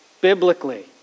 biblically